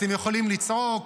אתם יכולים לצעוק,